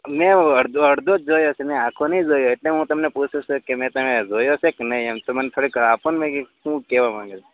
મેં અડધો જ જોયો છે મેં આખો નથી જોયો એટલે હું તમને પૂછું છું કે મેં તમે જોયો છે કે નહીં એમ તો મને થોડીક આપોને મેં કીધું શું કહેવા માગે છે